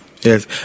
yes